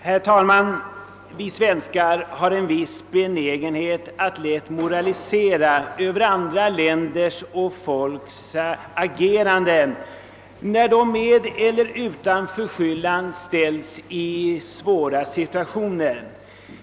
Herr talman! Vi svenskar har en benägenhet att moralisera över andra länders och folks agerande, när de med eller utan egen förskyllan ställes i svåra situationer.